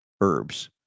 herbs